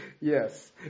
Yes